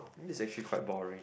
this is actually quite boring